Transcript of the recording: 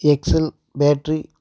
excel battery